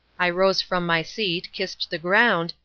i rose from my seat, kissed the ground,